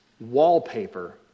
wallpaper